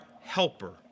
helper